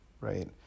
right